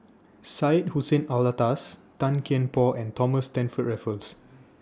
Syed Hussein Alatas Tan Kian Por and Thomas Stamford Raffles